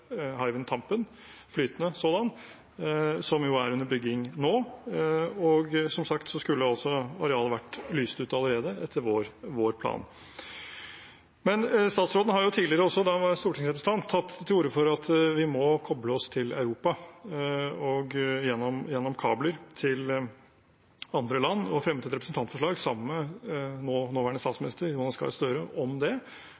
flytende sådan, som er under bygging nå. Som sagt skulle arealet vært lyst ut allerede, etter vår plan. Statsråden har også tidligere, da han var stortingsrepresentant, tatt til orde for at vi må koble oss til Europa gjennom kabler til andre land, og han fremmet et representantforslag sammen med nåværende